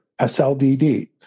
SLDD